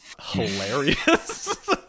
hilarious